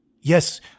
Yes